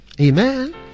Amen